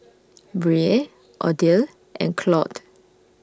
Brea Odile and Claude